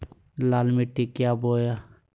लाल मिट्टी क्या बोए?